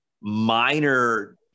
minor